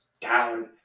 down